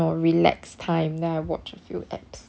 or relax time then I watch a few episodes